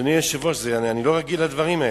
אדוני היושב-ראש, אני לא רגיל לדברים האלה.